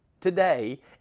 today